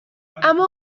اما